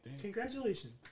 Congratulations